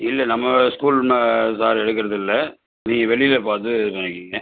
இல்லை நம்ம ஸ்கூல் மே சார் எடுக்கிறதில்ல நீங்கள் வெளியில் பார்த்து வாங்கிக்கிங்க